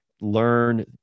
learn